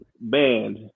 banned